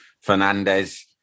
Fernandez